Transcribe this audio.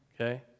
okay